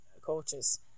coaches